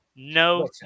No